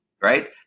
right